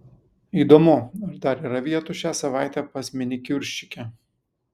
įdomu ar dar yra vietų šią savaitę pas minikiūrščikę